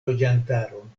loĝantaron